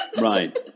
Right